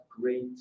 great